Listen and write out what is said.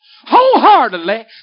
wholeheartedly